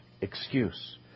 excuse